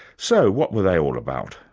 so what were they all about?